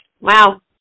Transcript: Wow